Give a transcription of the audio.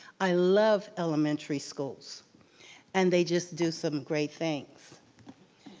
i love elementary schools and they just do some great things